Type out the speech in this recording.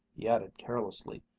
he added carelessly,